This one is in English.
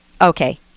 Okay